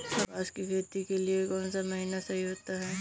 कपास की खेती के लिए कौन सा महीना सही होता है?